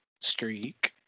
streak